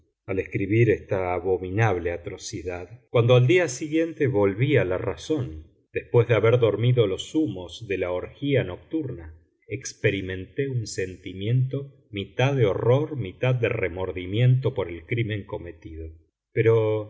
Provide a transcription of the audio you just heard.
al escribir esta abominable atrocidad cuando al día siguiente volví a la razón después de haber dormido los humos de la orgía nocturna experimenté un sentimiento mitad de horror mitad de remordimiento por el crimen cometido pero